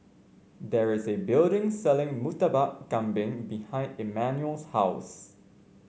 there is a building selling Murtabak Kambing behind Emmanuel's house